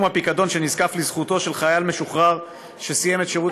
הפיקדון שנזקף לזכותו של חייל משוחרר שסיים את שירותו